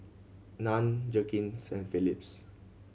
Nan Jergens and Philips